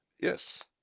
Yes